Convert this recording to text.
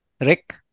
Rick